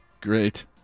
Great